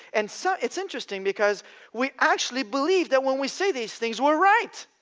and so it's interesting because we actually believe that when we say these things we're right.